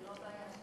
אז זה לא הבעיה שלך.